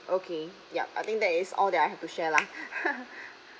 okay yup I think that is all that I have to share lah